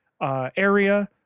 area